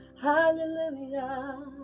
hallelujah